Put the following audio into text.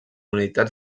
unitats